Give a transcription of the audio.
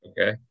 Okay